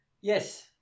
yes